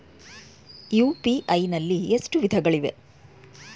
UPI ನಲ್ಲಿ ಎಷ್ಟು ವಿಧಗಳಿವೆ?